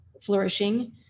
flourishing